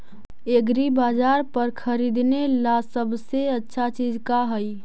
एग्रीबाजार पर खरीदने ला सबसे अच्छा चीज का हई?